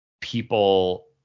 people